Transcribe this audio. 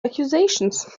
accusations